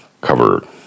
cover